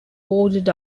boarded